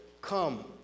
Come